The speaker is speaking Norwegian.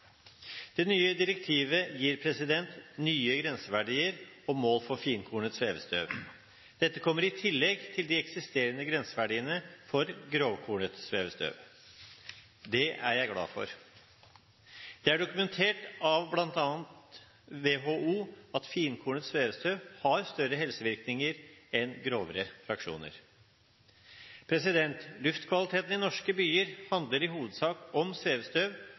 Det nye direktivet gir nye grenseverdier og mål for finkornet svevestøv. Dette kommer i tillegg til de eksisterende grenseverdiene for grovkornet svevestøv. Det er jeg glad for. Det er dokumentert, av bl.a. WHO, at finkornet svevestøv har større helsevirkninger enn grovere fraksjoner. Luftkvaliteten i norske byer handler i hovedsak om svevestøv